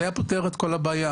זה היה פותר את כל הבעיה.